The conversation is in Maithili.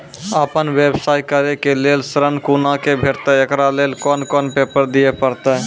आपन व्यवसाय करै के लेल ऋण कुना के भेंटते एकरा लेल कौन कौन पेपर दिए परतै?